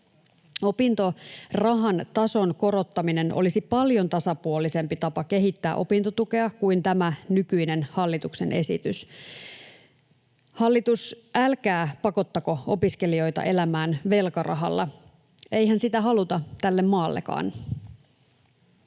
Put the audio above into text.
Opintorahan tason korottaminen olisi paljon tasapuolisempi tapa kehittää opintotukea kuin tämä nykyinen hallituksen esitys. Hallitus, älkää pakottako opiskelijoita elämään velkarahalla — eihän sitä haluta tälle maallekaan.